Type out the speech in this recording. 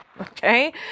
Okay